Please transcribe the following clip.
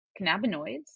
cannabinoids